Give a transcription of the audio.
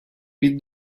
bin